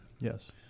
Yes